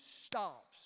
stops